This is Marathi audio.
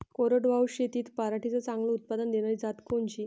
कोरडवाहू शेतीत पराटीचं चांगलं उत्पादन देनारी जात कोनची?